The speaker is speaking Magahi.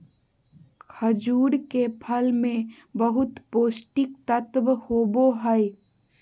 खजूर के फल मे बहुत पोष्टिक तत्व होबो हइ